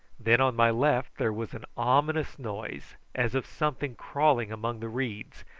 then on my left there was an ominous noise, as of something crawling amongst the reeds,